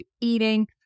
eating